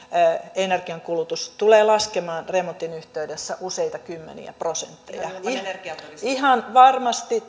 energiankulutus tulee laskemaan remontin yhteydessä useita kymmeniä prosentteja ihan varmasti